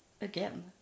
again